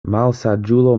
malsaĝulo